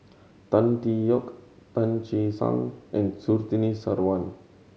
Tan Tee Yoke Tan Che Sang and Surtini Sarwan